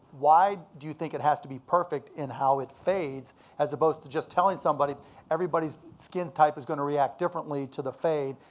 why do you think it has to be perfect in how it fades, as opposed to just telling somebody everybody's skin type is gonna react differently to the fade.